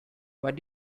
what